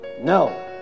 No